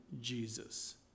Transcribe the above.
Jesus